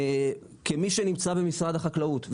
כמי שנמצא במשרד החקלאות,